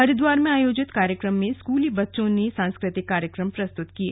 हरिद्वार में आयोजित कार्यक्रम में स्कूली बच्चों ने सास्कृतिक कार्यक्रम प्रस्तुत किये